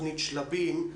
תוכנית "שלבים".